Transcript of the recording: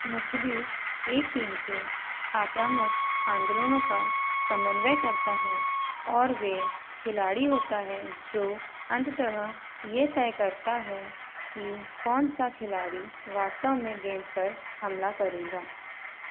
मुख़बिर एक टीम के आक्रामक आंदोलनों का समन्वय करता है और वे खिलाड़ी होता है जो अंततः यह तय करता है कि कौनसा खिलाड़ी वास्तव में गेंद पर हमला करेगा